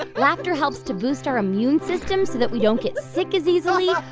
but laughter helps to boost our immune system so that we don't get sick as easily.